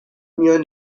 میان